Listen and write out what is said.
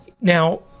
Now